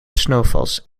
snowfalls